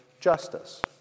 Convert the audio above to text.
justice